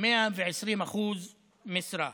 120% משרה.